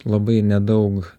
labai nedaug